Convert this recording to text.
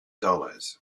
dollars